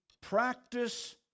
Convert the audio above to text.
practice